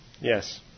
Yes